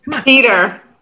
Peter